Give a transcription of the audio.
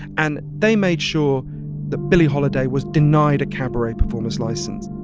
and they made sure that billie holiday was denied a cabaret performance license.